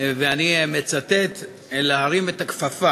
ואני מצטט: "להרים את הכפפה",